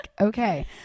Okay